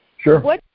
Sure